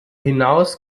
hinaus